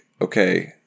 okay